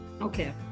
Okay